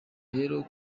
rero